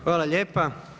Hvala lijepa.